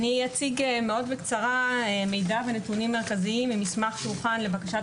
אציג מאוד בקצרה מידע ונתונים מרכזיים ממסמך שהוכן לבקשת